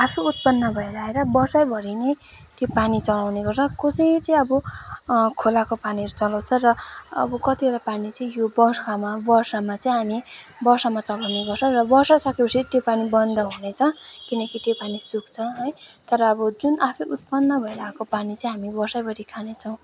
आफै उत्पन्न भएर आएर वर्षैभरि नै त्यो पानी चलाउने गर्छ कसै चाहिँ अब खोलाको पानीहरू चलाउँछ र अब कतिवटा पानी चाहिँ यो बर्खामा वर्षामा चाहिँ हामी वर्षामा चलाउने गर्छौँ र वर्षा सकेपछि त्यो पानी बन्द हुनेछ किनकि त्यो पानी सुक्छ है तर अब जुन आफै उत्पन्न भएर आएको पानी चाहिँ हामी वर्षैभरि खानेछौँ